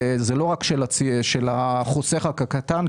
זה לא רק של החוסך הקטן,